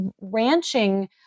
ranching